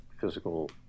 physical